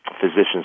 physicians